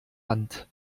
hand